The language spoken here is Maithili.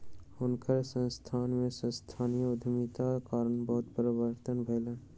हुनकर संस्थान में सांस्थानिक उद्यमिताक कारणेँ बहुत परिवर्तन भेलैन